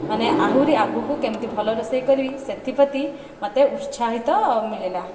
ମାନେ ଆହୁରି ଆଗକୁ କେମିତି ଭଲ ରୋଷେଇ କରିବି ସେଥି ପ୍ରତି ମୋତେ ଉତ୍ସାହିତ ମିଳିଲା